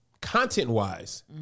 content-wise